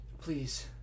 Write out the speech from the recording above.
Please